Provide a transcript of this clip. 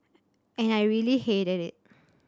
and I really hated it